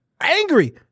angry